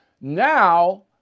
Now